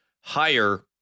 higher